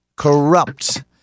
corrupt